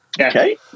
Okay